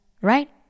right